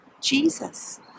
Jesus